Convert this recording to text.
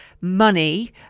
money